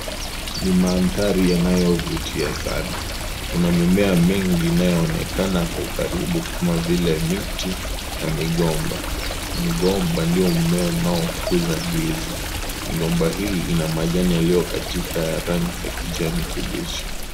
Ni mandhari yanayovutia sana, kuna mimea mingi inyaoonekana kwa ukaribu kama vile miti na migomba . Mgomba ndio mmea unaokuza ndizi . Migomba hii ina majani yaliyo katika ya rangi ya kijani kibichi.